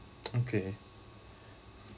okay